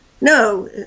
no